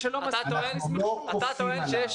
שואלים אותך שאלה פשוטה, תענה בכן או לא.